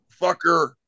fucker